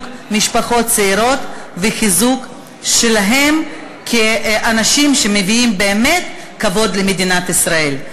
משפחות צעירות וחיזוק שלהם כאנשים שמביאים באמת כבוד למדינת ישראל.